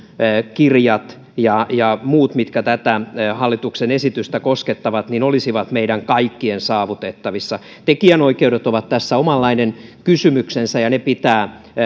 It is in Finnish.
kirjat ja ja muut mitkä tätä hallituksen esitystä koskettavat olisivat meidän kaikkien saavutettavissa tekijänoikeudet ovat tässä omanlainen kysymyksensä ja ne pitää